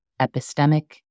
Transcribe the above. epistemic